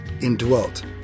indwelt